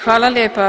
Hvala lijepa.